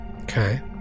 Okay